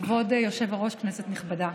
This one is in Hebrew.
כבוד היושב-ראש, כנסת נכבדה,